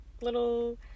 little